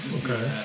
okay